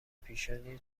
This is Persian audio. پیشانی